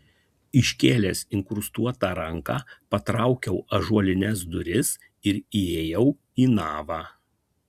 iškėlęs inkrustuotą ranką patraukiau ąžuolines duris ir įėjau į navą